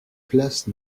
places